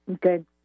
Good